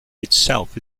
itself